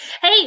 Hey